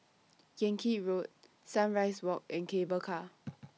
Yan Kit Road Sunrise Walk and Cable Car